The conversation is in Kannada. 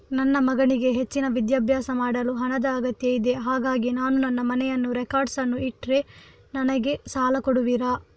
ನನ್ನ ಮಗನಿಗೆ ಹೆಚ್ಚಿನ ವಿದ್ಯಾಭ್ಯಾಸ ಮಾಡಲು ಹಣದ ಅಗತ್ಯ ಇದೆ ಹಾಗಾಗಿ ನಾನು ನನ್ನ ಮನೆಯ ರೆಕಾರ್ಡ್ಸ್ ಅನ್ನು ಇಟ್ರೆ ನನಗೆ ಸಾಲ ಕೊಡುವಿರಾ?